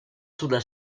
sulla